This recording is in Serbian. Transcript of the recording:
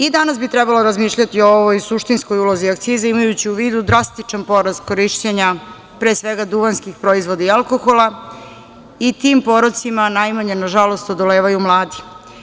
I danas bi trebalo razmišljati o ovoj suštinskoj ulozi akcize, imajući u vidu drastičan porast korišćenja pre svega duvanskih proizvoda i alkohola i tim porocima najmanje, nažalost, odolevaju mladi.